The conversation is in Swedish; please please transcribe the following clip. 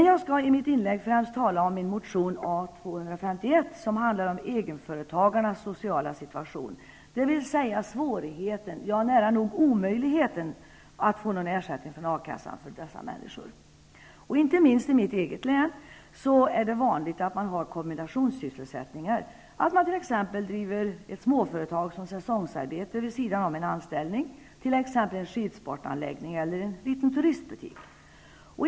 Jag skall i mitt inlägg främst tala om min motion A 251, som handlar om egenföretagarnas sociala situation, dvs. svårigheten, ja nära nog omöjligheten för dessa människor att få någon ersättning från a-kassan. Inte minst i mitt eget län är det vanligt att man har kombinationssysselsättningar. Man driver t.ex. ett småföretag som säsongsarbete vid sidan om en anställning, exempelvis en skidsportanläggning eller en liten turistbutik.